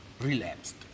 relapsed